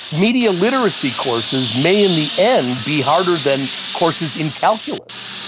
media literacy courses may in the end be harder than courses in calculus.